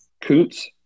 Coots